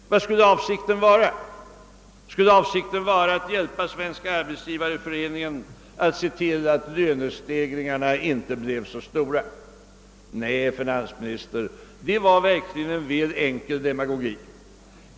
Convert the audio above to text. Vad skulle avsikten vara? Skulle avsikten vara att hjälpa Svenska arbetsgivareföreningen att se till att lönestegringarna inte blir så stora? Nej, herr finansminister, det var verkligen en väl enkel demagogi.